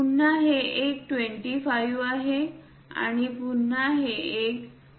पुन्हा हे एक 25 आहे आणि पुन्हा हे एक 28 आहे